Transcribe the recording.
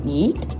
eat